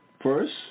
First